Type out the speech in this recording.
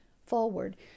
forward